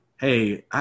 Hey